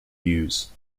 use